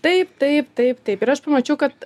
taip taip taip taip ir aš pamačiau kad